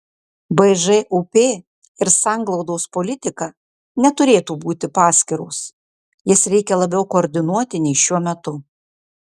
bžūp ir sanglaudos politika neturėtų būti paskiros jas reikia labiau koordinuoti nei šiuo metu